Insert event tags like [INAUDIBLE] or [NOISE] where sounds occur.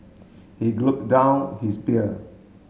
he [UNINTELLIGIBLE] down his beer